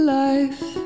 life